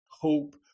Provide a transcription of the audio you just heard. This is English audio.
hope